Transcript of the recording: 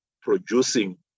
producing